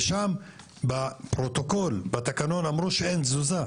ושם בפרוטוקול בתקנון אמרו שאין תזוזה.